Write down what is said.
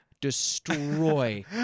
destroy